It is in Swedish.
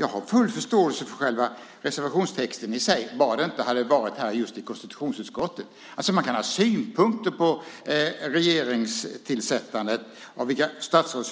Jag har full förståelse för själva reservationstexten i sig, bara det inte hade varit just här i konstitutionsutskottet. Man kan ha synpunkter på regeringstillsättandet och de statsråd